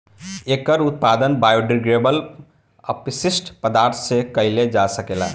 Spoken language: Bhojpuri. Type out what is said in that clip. एकर उत्पादन बायोडिग्रेडेबल अपशिष्ट पदार्थ से कईल जा सकेला